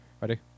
Ready